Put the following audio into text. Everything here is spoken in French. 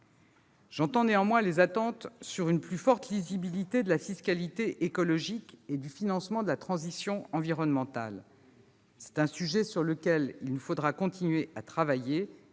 J'entends néanmoins les attentes d'une plus grande lisibilité de la fiscalité écologique et du financement de la transition environnementale. Sur ce sujet, il nous faudra continuer à travailler,